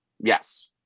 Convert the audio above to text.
Yes